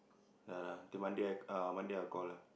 ah nanti Monday I Monday I'll call lah